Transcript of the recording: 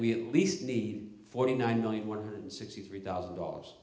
we at least need forty nine million one hundred sixty three thousand dollars